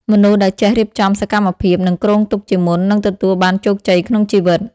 មនុស្សដែលចេះរៀបចំសកម្មភាព និងគ្រោងទុកជាមុន នឹងទទួលបានជោគជ័យក្នុងជីវិត។